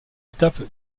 étape